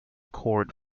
court